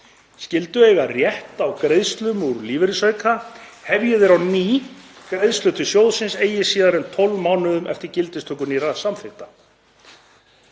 [skyldu] eiga rétt á greiðslum úr lífeyrisauka hefji þeir á ný greiðslur til sjóðsins eigi síðar en 12 mánuðum eftir gildistöku nýrra samþykkta.“